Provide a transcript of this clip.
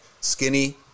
skinny